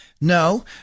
No